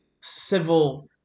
civil